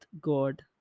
God